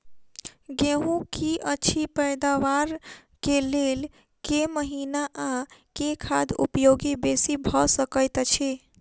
गेंहूँ की अछि पैदावार केँ लेल केँ महीना आ केँ खाद उपयोगी बेसी भऽ सकैत अछि?